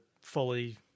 fully